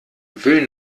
will